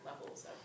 levels